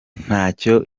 ntacyo